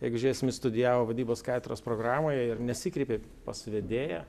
jeigu žiūrėsim jis studijavo vadybos katedros programoje ir nesikreipė pas vedėją